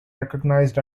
recognized